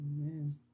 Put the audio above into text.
Amen